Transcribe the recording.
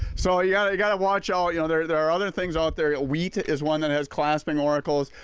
so yeah you got to watch out you know there there are other things out there, wheat is one that has clasping oracles.